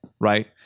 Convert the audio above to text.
right